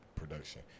production